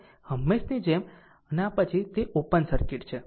હંમેશની જેમ અને આ પછી અને તે ઓપન સર્કિટ છે